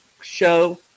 show